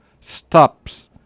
stops